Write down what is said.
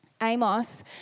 Amos